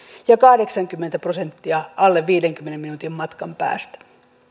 ja kahdeksankymmentä prosenttia alle viidenkymmenen minuutin matkan päässä